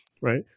right